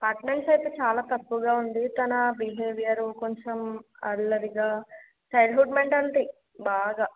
attendance అయితే చాలా తక్కువగా ఉంది తన బిహేవియరు కొంచెం అల్లరిగా చైల్డ్హుడ్ మెంటాలిటీ బాగా